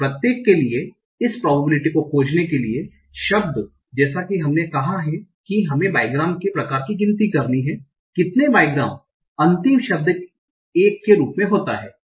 तो प्रत्येक के लिए इस probability को खोजने के लिए शब्द जैसा कि हमने कहा कि हमें बाइग्राम्स के प्रकार की गिनती करनी है अंतिम शब्द के रूप में कितने बाइग्राम्स होते है